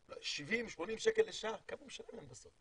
80 שקל לשעה', כמה הוא משלם להם בסוף?